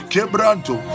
Kebranto